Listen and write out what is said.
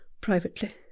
privately